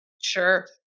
Sure